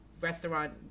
restaurant